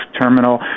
terminal